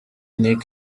nic